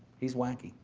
he's wacky.